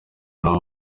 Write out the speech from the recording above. naho